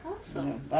Awesome